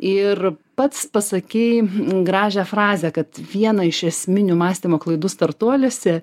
ir pats pasakei gražią frazę kad viena iš esminių mąstymo klaidų startuoliuose